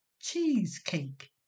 Cheesecake